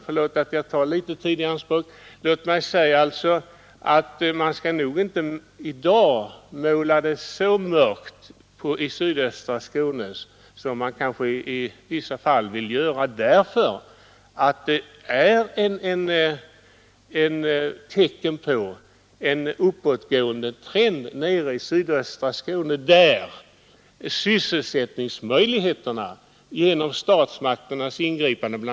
Förlåt att jag tar litet tid i anspråk, men låt mig säga man nog inte i dag skall måla läget i sydöstra Skåne i så mörka färger som man kanske i vissa fall vill göra. Det finns tecken på en uppåtgående trend. Sysselsättningsmöjligheterna har ökat, bl.a. genom statsmakternas ingripande.